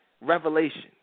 Revelation